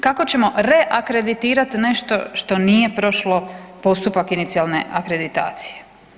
Kako ćemo reakreditirat nešto što nije prošlo postupak inicijalne akreditacije?